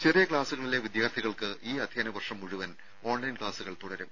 ചെറിയ ക്ലാസുകളിലെ വിദ്യാർത്ഥികൾക്ക് ഈ അധ്യയന വർഷം മുഴുവൻ ഓൺലൈൻ ക്ലാസുകൾ തുടരും